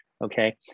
Okay